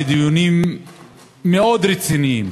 דיונים מאוד רציניים.